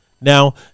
now